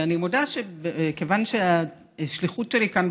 ואני מודה שכיוון שהשליחות שלי כאן,